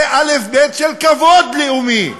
זה אלף-בית של כבוד לאומי.